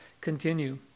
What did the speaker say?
continue